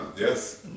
Yes